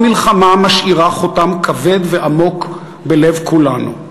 מלחמה משאירה חותם כבד ועמוק בלב כולנו.